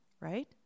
right